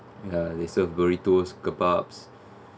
ya they serve burritos kebabs